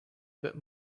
bit